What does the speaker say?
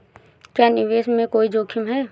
क्या निवेश में कोई जोखिम है?